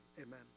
Amen